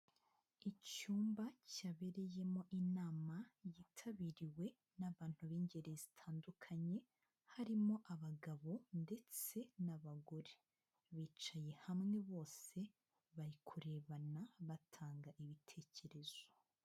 Icyumba cyabereyemo inama yitabiriwe n'abantu b'ingeri zitandukanye, harimo abagabo ndetse n'abagore, bicaye hamwe bose bari kurebana batanga ibitekerezo.